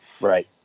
Right